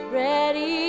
ready